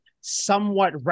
somewhat